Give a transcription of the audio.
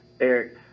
Eric